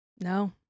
No